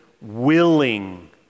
willing